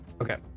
Okay